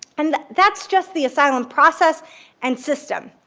and that's just the asylum process and system.